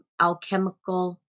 alchemical